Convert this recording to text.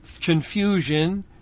confusion